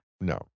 No